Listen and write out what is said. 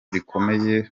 bikomeye